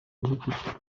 nk’inshuti